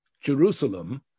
Jerusalem